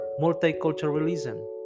multiculturalism